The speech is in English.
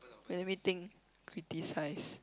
let me think criticize